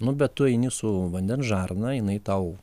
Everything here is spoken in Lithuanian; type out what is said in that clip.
nu bet tu eini su vandens žarna jinai tau